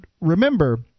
remember